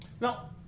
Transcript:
Now